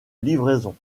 livraison